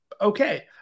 okay